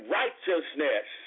righteousness